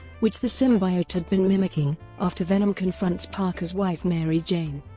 which the symbiote had been mimicking, after venom confronts parker's wife mary jane.